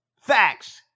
Facts